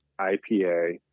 IPA